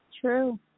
True